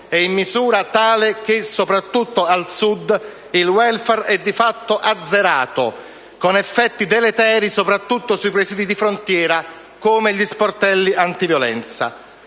e in misura tale che soprattutto al Sud il *welfare* è di fatto azzerato, con effetti deleteri soprattutto sui presidi di frontiera come gli sportelli antiviolenza.